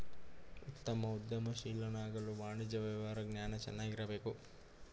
ಉತ್ತಮ ಉದ್ಯಮಶೀಲನಾಗಲು ವಾಣಿಜ್ಯ ವ್ಯವಹಾರ ಜ್ಞಾನ ಚೆನ್ನಾಗಿರಬೇಕು